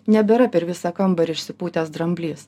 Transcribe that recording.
nebėra per visą kambarį išsipūtęs dramblys